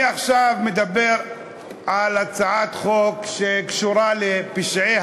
אני עכשיו מדבר על הצעת חוק שקשורה לפשעי